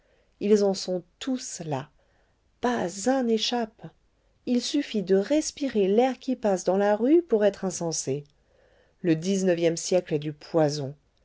ils en sont tous là pas un n'échappe il suffit de respirer l'air qui passe dans la rue pour être insensé le dix-neuvième siècle est du poison